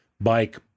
bike